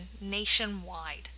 nationwide